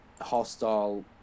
hostile